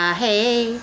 hey